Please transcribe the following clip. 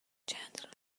چندلر